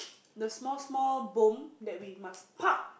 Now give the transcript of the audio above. the small small bomb that we must